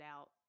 out